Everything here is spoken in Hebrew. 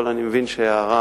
אבל אני מבין שההערה